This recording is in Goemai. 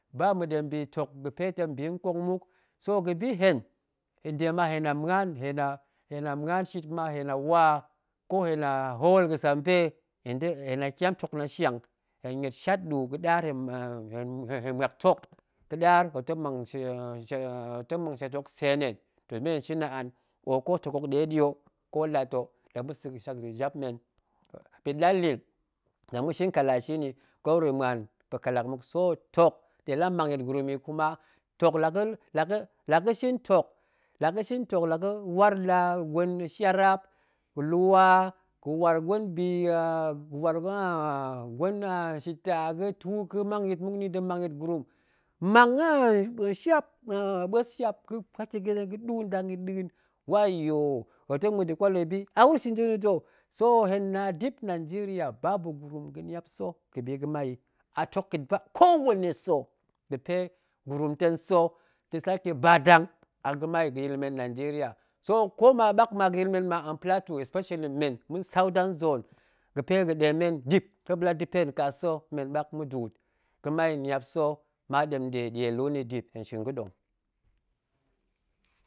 Ba ma̱ɗem bitok ga̱pe ta̱ bi nkong muk, so ga̱bi hen, nde ma hen la muan shit ma, hen lawa ko hen la hool ga̱sampe, hen dei hen la kyam tok la shiang, hen niet shat ɗu, ga̱ɗaar hen muak tok, ga̱ɗaar muop tong mang shat hok seen nhen, domin hen shin aan, ko tok hok nɗeɗi ho ko lat ho la ma̱sa̱ ga̱shak nda̱ jap men, ɓit lalin la ma̱ shin kalashi nni, ko wuro muan pa̱ kallak muk, so tok ɗe la mang yit gurumyi, kuma tok laga̱ laga̱ laga̱ shin tok la ga̱waar la gwen shiapap, lwa ga̱waar gwen bi, ga̱waar gwen shita ga̱tuu ga̱mang yit muk nni tong mang yit gurum, mang ɓuas shap ga̱pat yi ga̱ɗu dang yit nɗa̱a̱n wayo, muop ta̱ muen da̱ kwal a wuro shin ga̱na̱ ta̱, so hen na dip nanjeriya ba bu gurum ga̱ni ap sa̱ ga̱bi ga̱mai yi, a tok ƙa̱a̱t ba ko wani sa̱ ga̱pe gurumta sa̱ tong sake ba dang a ga̱mai ga̱yil men nanjeriya, koma ɓak ma ga̱yil men plateau specially men ma̱n southan zone, ga̱pe ga̱ɗe men dip muop ɗe la dipent ka sa̱ men ɓak mudu'ut, ga̱mai niap sa̱ ma ɗemga̱de ɗielu nni, hen shin ga̱ɗong